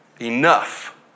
enough